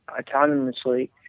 autonomously